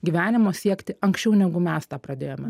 gyvenimo siekti anksčiau negu mes tą pradėjome